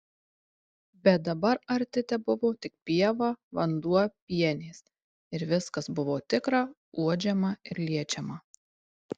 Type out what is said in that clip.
bet dabar arti tebuvo tik pieva vanduo pienės ir viskas buvo tikra uodžiama ir liečiama